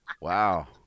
Wow